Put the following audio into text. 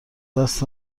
دست